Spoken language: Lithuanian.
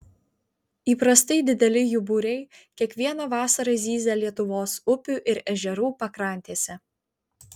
įprastai dideli jų būriai kiekvieną vasarą zyzia lietuvos upių ir ežerų pakrantėse